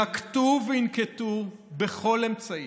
נקטו וינקטו כל אמצעי,